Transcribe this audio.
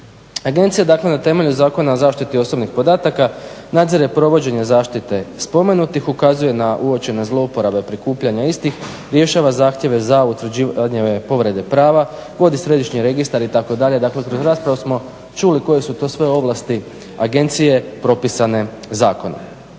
Agencija, dakle na temelju Zakona o zaštiti osobnih podataka nadzire provođenje zaštite spomenutih, ukazuje na uočene zlouporabe prikupljanja istih, rješava zahtjeve za utvrđivanje povrede prava, vodi središnji registar itd. Dakle, kroz raspravu smo čuli koje su to sve ovlasti agencije propisane zakonom.